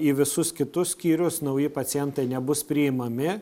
į visus kitus skyrius nauji pacientai nebus priimami